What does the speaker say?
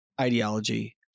ideology